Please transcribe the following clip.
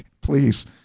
Please